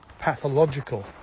pathological